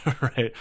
right